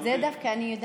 את זה אני דווקא יודעת.